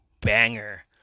banger